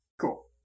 Cool